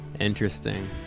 Interesting